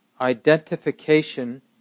identification